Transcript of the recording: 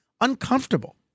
uncomfortable